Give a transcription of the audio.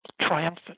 triumphant